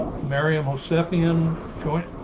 mary homosapien join.